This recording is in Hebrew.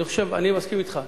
אני מסכים אתך.